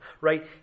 right